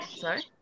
Sorry